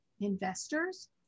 investors